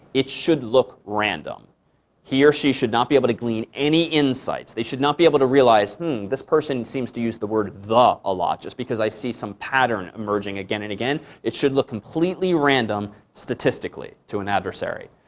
it should look random he or she should not be able to glean any insights. they should not be able to realize this person seems to use the word the a lot. just because i see some pattern emerging again and again it should look completely random statistically to an adversary.